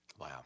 Wow